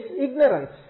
ignorance